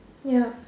ya